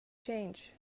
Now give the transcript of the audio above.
change